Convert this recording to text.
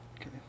okay